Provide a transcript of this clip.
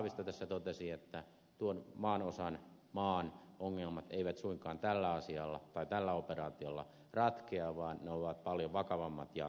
haavisto tässä totesi että tuon maanosan ja maan ongelmat eivät suinkaan tällä asialla tai tällä operaatiolla ratkea vaan ne ovat paljon vakavammat ja syvemmät